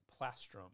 plastrum